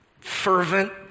fervent